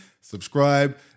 subscribe